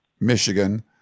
Michigan